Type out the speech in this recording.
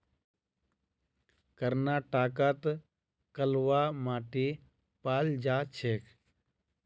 कर्नाटकत कलवा माटी पाल जा छेक